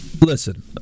Listen